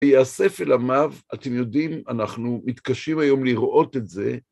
"להיאסף אל עמיו", אתם יודעים, אנחנו מתקשים היום לראות את זה.